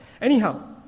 Anyhow